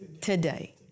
Today